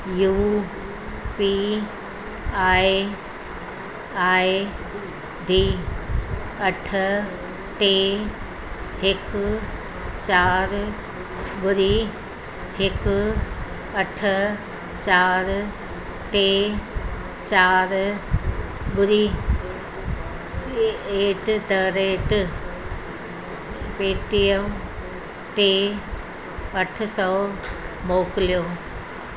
U P I I D अठ टे हिकु चारि ॿुड़ी हिकु अठ चारि टे चारि ॿुड़ी एट द रेट पेटीअम ते अठ सौ मोकिलियो